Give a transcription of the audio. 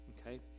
okay